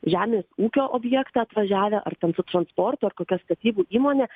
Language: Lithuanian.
žemės ūkio objektą atvažiavę ar ten su transporto ar kokia statybų įmone